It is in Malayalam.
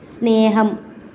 സ്നേഹം